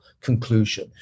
conclusion